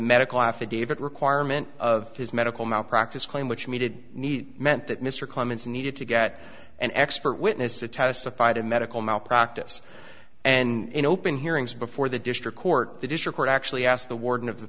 medical affidavit requirement of his medical malpractise claim which needed meant that mr clemens needed to get an expert witness to testify to medical malpractise and in open hearings before the district court that is your court actually asked the warden of the